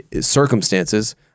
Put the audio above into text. circumstances